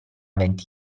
venti